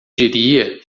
diria